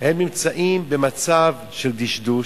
הם נמצאים במצב של דשדוש,